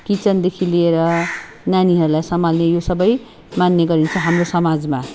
किचनदेखि लिएर नानीहरूलाई सम्हाल्ने यो सबै मान्ने गरिन्छ हाम्रो समाजमा